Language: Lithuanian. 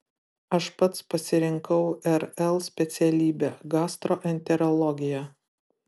aš pats pasirinkau rl specialybę gastroenterologiją